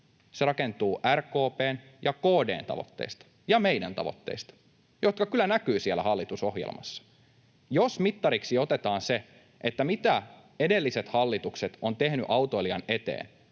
se rakentuu RKP:n ja KD:n tavoitteista ja meidän tavoitteista, jotka kyllä näkyvät siellä hallitusohjelmassa. Jos mittariksi otetaan se, mitä edelliset hallitukset ovat tehneet autoilijan eteen,